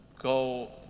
go